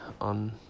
on